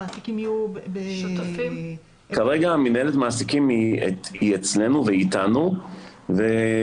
המעסיקים יהיו --- כרגע מינהלת המעסיקים היא אצלנו ואיתנו ואנחנו,